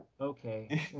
okay